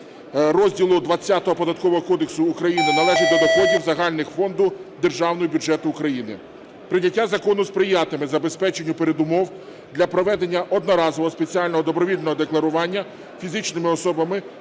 розділу ХХ Податкового кодексу України належить до доходів загального фонду Державного бюджету України. Прийняття закону сприятиме забезпеченню передумов для проведення одноразового спеціального добровільного декларування фізичними особами